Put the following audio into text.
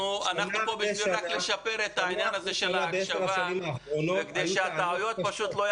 אנחנו פה כדי לשפר את העניין של ההקשבה כדי שהטעויות לא